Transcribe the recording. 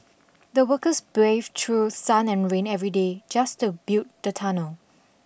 the workers braved through sun and rain every day just to build the tunnel